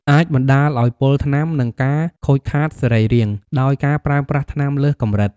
អាចបណ្តាលឲ្យពុលថ្នាំ និងការខូចខាតសរីរាង្គ ដោយការប្រើប្រាស់ថ្នាំលើសកម្រិត។